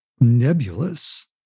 nebulous